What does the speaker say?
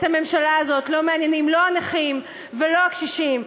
את הממשלה הזאת לא מעניינים לא הנכים ולא הקשישים,